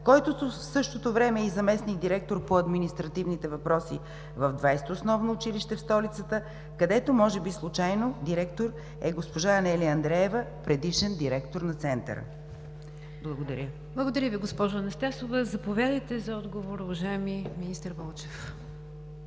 който в същото време е и заместник-директор по административните въпроси в 20-о Основно училище в столицата, където може би случайно директор е госпожа Анелия Андреева – предишен директор на Центъра? Благодаря. ПРЕДСЕДАТЕЛ НИГЯР ДЖАФЕР: Благодаря Ви, госпожо Анастасова. Заповядайте за отговор, уважаеми министър Вълчев.